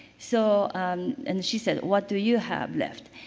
so and she said, what do you have left?